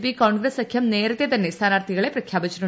P Congress സഖ്യം നേരത്തെ തന്നെ സ്ഥാനാർത്ഥികളെ പ്രഖ്യാപിച്ചിരുന്നു